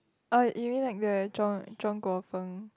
uh you mean like the 中中国风